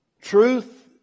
Truth